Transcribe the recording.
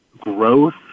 growth